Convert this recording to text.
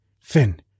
finn